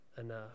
enough